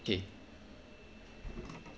okay